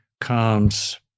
comes